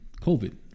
COVID